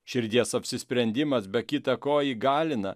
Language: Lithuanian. širdies apsisprendimas be kita ko įgalina